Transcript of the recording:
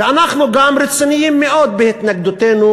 וגם אנחנו רציניים מאוד בהתנגדותנו